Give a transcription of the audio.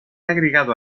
agregado